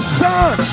son